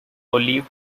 olive